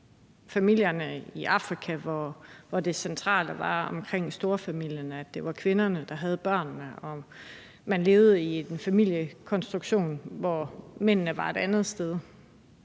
det så familierne i Afrika, hvor det centrale omkring storfamilierne var, at det var kvinderne, der havde børnene, og at man levede i en familiekonstruktion, hvor mændene var et andet sted?